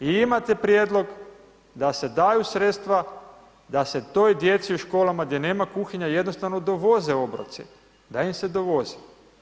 I imate prijedlog da se daju sredstva, da se toj djeci u školama gdje nema kuhinja jednostavno dovoze obroci, da im se dovoze.